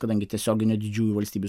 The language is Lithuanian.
kadangi tiesioginio didžiųjų valstybių